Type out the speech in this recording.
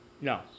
No